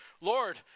Lord